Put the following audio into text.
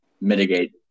mitigate